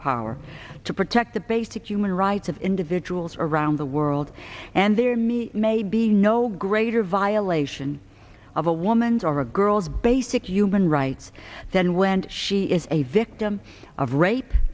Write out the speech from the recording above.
power to protect the basic human rights of individuals around the world and there me may be no greater violation of a woman's or a girl's basic human rights than when she is a victim of rape